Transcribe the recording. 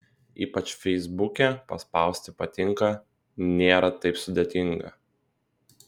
ypač feisbuke paspausti patinka nėra taip sudėtinga